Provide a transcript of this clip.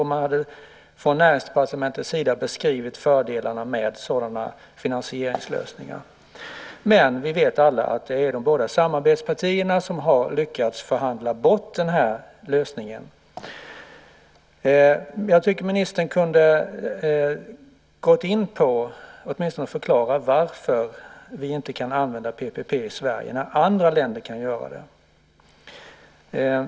Man hade från Näringsdepartementets sida beskrivit fördelarna med sådana finansieringslösningar. Men vi vet alla att det är de båda samarbetspartierna som har lyckats förhandla bort den här lösningen. Jag tycker att ministern kunde gått in på och åtminstone förklara varför vi inte kan använda PPP i Sverige när andra länder kan göra det.